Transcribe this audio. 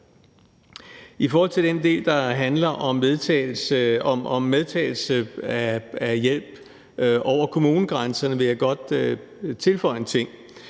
I forhold til den del, der handler om medtagelse af hjælp over kommunegrænserne, vil jeg godt tilføje en ting,